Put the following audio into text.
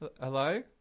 hello